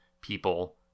people